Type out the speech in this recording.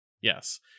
yes